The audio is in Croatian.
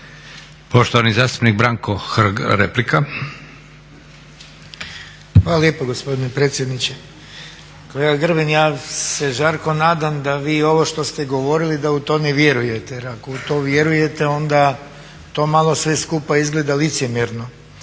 replika. **Hrg, Branko (HSS)** Hvala lijepa gospodine predsjedniče. Kolega Grbin, ja se žarko nadam da vi ovo što ste vi govorili da u to ne vjerujete jer ako u to vjerujete onda to malo sve skupa izgleda licemjerno,